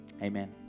Amen